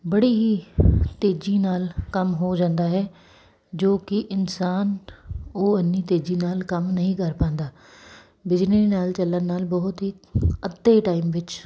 ਬੜੀ ਹੀ ਤੇਜ਼ੀ ਨਾਲ ਕੰਮ ਹੋ ਜਾਂਦਾ ਹੈ ਜੋ ਕਿ ਇਨਸਾਨ ਉਹ ਇੰਨੀ ਤੇਜ਼ੀ ਨਾਲ ਕੰਮ ਨਹੀਂ ਕਰ ਪਾਉਂਦਾ ਬਿਜਲੀ ਨਾਲ ਚੱਲਣ ਨਾਲ ਬਹੁਤ ਹੀ ਅੱਧੇ ਟਾਈਮ ਵਿੱਚ